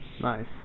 nice